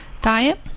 Diet